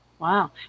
Wow